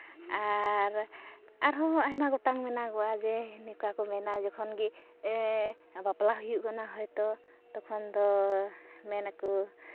ᱟᱨ ᱟᱨᱦᱚᱸ ᱟᱭᱢᱟ ᱜᱚᱴᱟᱝ ᱢᱮᱱᱟᱜᱚᱜᱼᱟ ᱡᱮ ᱱᱚᱝᱠᱟ ᱠᱚ ᱢᱮᱱᱟ ᱡᱚᱠᱷᱚᱱ ᱜᱮ ᱵᱟᱯᱞᱟ ᱦᱩᱭᱩᱜ ᱠᱟᱱᱟ ᱦᱳᱭᱛᱳ ᱛᱚᱠᱷᱚᱱ ᱫᱚ ᱢᱮᱱᱟᱠᱚ